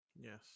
Yes